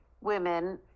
women